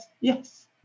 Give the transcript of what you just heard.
yes